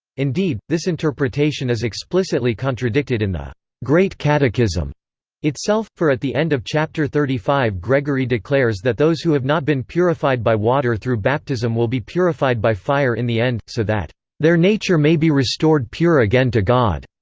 indeed, this interpretation is explicitly contradicted in the great catechism itself, for at the end of chapter xxxv gregory declares that those who have not been purified by water through baptism will be purified by fire in the end, so that their nature may be restored pure again to god.